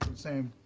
same.